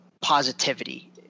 positivity